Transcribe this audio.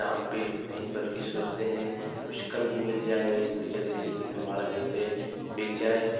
दाम पे नहीं बल्कि सोचते हैं कुछ कम ही मिल जाए तो चले लेकिन हमारा जो है बिक जाए